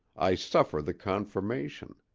i suffer the confirmation,